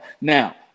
now